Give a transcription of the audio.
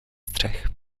střech